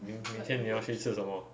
明明天你要去吃什么